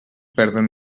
perden